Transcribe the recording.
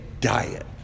diet